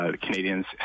Canadians